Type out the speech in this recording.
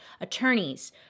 attorneys